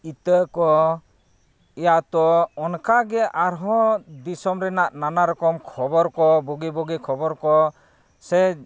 ᱤᱛᱟᱹ ᱠᱚ ᱤᱭᱟᱛᱚ ᱚᱱᱠᱟᱜᱮ ᱟᱨᱦᱚᱸ ᱫᱤᱥᱚᱢ ᱨᱮᱱᱟᱜ ᱱᱟᱱᱟ ᱨᱚᱠᱚᱢ ᱠᱷᱚᱵᱚᱨ ᱠᱚ ᱵᱳᱜᱮ ᱵᱳᱜᱮ ᱠᱷᱚᱵᱚᱨ ᱠᱚ ᱥᱮ